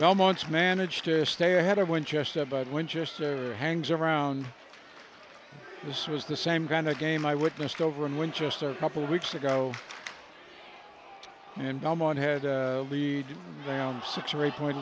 belmont's manage to stay ahead of winchester but winchester hangs around this was the same kind of game i witnessed over in winchester couple weeks ago and i'm on had a lead down six or eight point